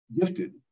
gifted